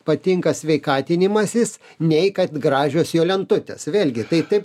patinka sveikatinimasis nei kad gražios jo lentutės vėlgi tai taip